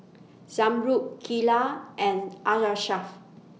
Zamrud Geelah and Arashaff